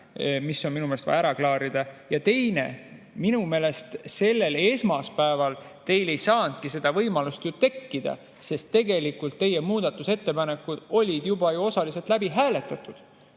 mis on minu meelest vaja ära klaarida. Ja teine. Minu meelest sellel esmaspäeval teil ei saanudki seda võimalust tekkida, sest tegelikult teie muudatusettepanekud olid juba osaliselt läbi hääletatud.